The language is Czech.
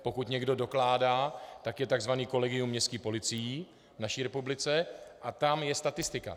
Pokud někdo dokládá, tak je tzv. kolegium městských policií v naší republice a tam je statistika.